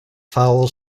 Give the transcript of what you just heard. foul